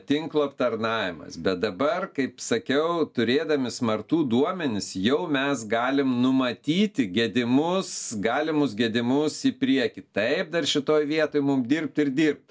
tinklo aptarnavimas bet dabar kaip sakiau turėdami smartų duomenis jau mes galim numatyti gedimus galimus gedimus į priekį taip dar šitoj vietoj mum dirbt ir dirbt